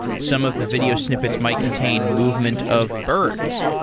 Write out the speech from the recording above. some of the video snippets might contain movement of birds,